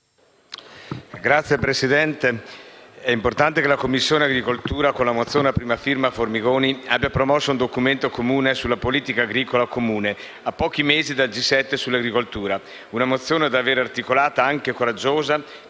Signor Presidente, è importante che la Commissione agricoltura, con la mozione a prima firma del senatore Formigoni, abbia promosso un documento unico sulla politica agricola comune a pochi mesi dal G7 sull'agricoltura; una mozione davvero articolata, e anche coraggiosa,